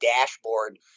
dashboard